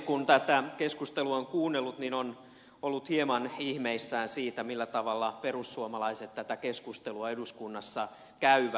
kun tätä keskustelua on kuunnellut niin on ollut hieman ihmeissään siitä millä tavalla perussuomalaiset tätä keskustelua eduskunnassa käyvät